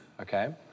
okay